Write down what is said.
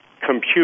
compute